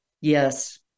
Yes